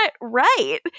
right